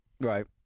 right